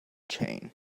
chain